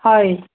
হয়